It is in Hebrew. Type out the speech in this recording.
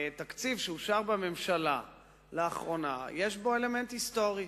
התקציב שאושר בממשלה לאחרונה יש בו אלמנט היסטורי,